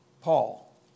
Paul